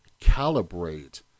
calibrate